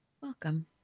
Welcome